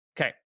Okay